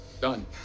Done